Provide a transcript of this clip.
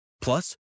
Plus